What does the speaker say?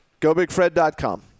GoBigFred.com